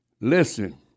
Listen